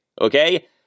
okay